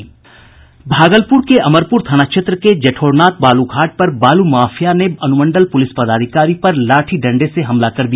भागलपुर के अमरपुर थाना क्षेत्र के जेठौरनाथ बालू घाट पर बालू माफिया ने अनुमंडल पुलिस पदाधिकारी पर लाठी डंडे से हमला कर दिया